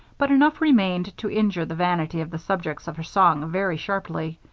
but enough remained to injure the vanity of the subjects of her song very sharply.